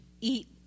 eat